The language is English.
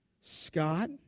Scott